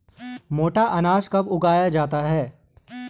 मोटा अनाज कब उगाया जाता है?